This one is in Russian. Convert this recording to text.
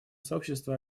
сообщество